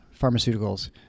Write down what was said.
pharmaceuticals